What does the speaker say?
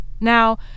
Now